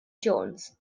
jones